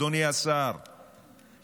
אדוני השר,